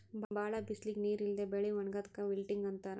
ಭಾಳ್ ಬಿಸಲಿಗ್ ನೀರ್ ಇಲ್ಲದೆ ಬೆಳಿ ಒಣಗದಾಕ್ ವಿಲ್ಟಿಂಗ್ ಅಂತಾರ್